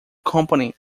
component